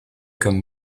comme